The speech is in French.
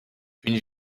une